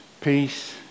peace